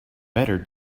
better